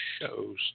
shows